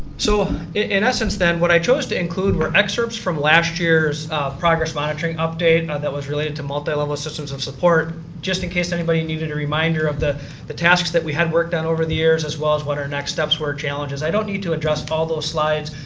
so, in essence than what i chose to include were excerpts from last year's progress monitoring update that was related to multilevel systems of support just in case anybody needed a reminder of the the tasks that we had worked on over the years, as well as what our next steps were challenges. i don't need to address all of those slides.